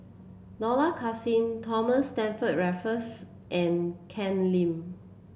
Dollah Kassim Thomas Stamford Raffles and Ken Lim